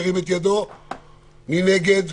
מי נגד?